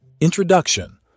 Introduction